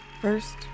First